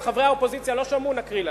אם חברי האופוזיציה לא שמעו, נקריא להם.